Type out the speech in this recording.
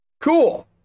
Cool